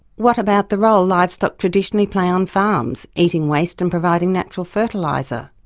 what about the role livestock traditionally play on farms, eating waste and providing natural fertiliser?